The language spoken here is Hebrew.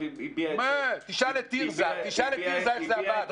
הביע את --- תשאל את תרזה איך זה עבד.